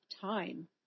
time